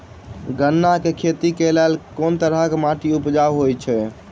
गन्ना केँ खेती केँ लेल केँ तरहक माटि उपजाउ होइ छै?